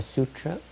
Sutra